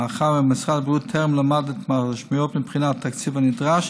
מאחר שמשרד הבריאות טרם למד את המשמעויות מבחינת התקציב הנדרש,